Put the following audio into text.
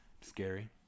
scary